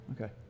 Okay